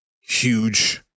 huge